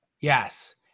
Yes